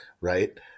right